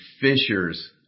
fishers